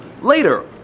later